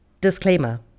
Disclaimer